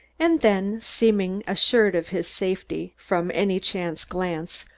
and then, seeming assured of his safety from any chance glance,